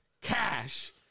cash